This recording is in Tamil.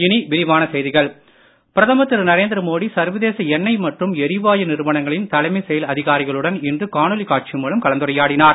இனி விரிவான செய்திகள் பிரதமர் பிரதமர் திரு நரேந்திரமோடி சர்வதேச எண்ணெய் மற்றும் எரிவாயு நிறுவனங்களின் தலைமை செயல் அதிகாரிகளுடன் இன்று காணொளி காட்சி மூலம் கலந்துரையாடினார்